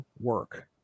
work